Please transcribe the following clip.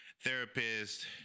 therapist